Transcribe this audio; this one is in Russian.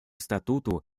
статуту